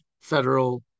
federal